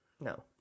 No